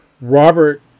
Robert